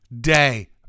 day